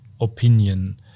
opinion